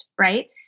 right